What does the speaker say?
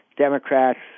Democrats